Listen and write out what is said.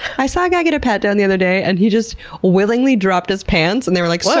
i saw a guy get a pat down the other day and he just willingly dropped his pants and they were like, so